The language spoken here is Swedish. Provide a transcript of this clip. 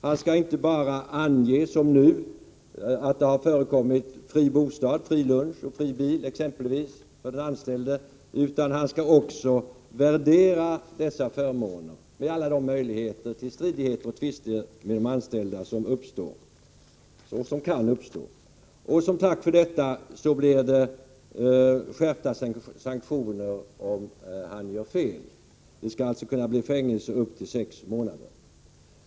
Han skall inte bara som nu ange att det har förekommit exempelvis fri bostad, fri lunch och fri bil för den anställde, utan han skall också värdera dessa förmåner — med alla de möjligheter till stridigheter och tvister med de anställda som då kan uppkomma. Som tack för detta blir det skärpta sanktioner om han gör fel. Det skulle alltså kunna bli fängelse upp till 6 månader.